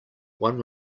one